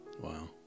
Wow